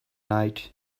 night